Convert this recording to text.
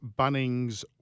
Bunnings